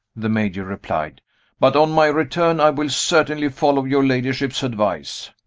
the major replied but on my return i will certainly follow your ladyship's advice.